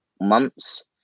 months